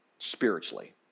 Spiritually